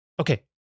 Okay